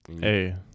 hey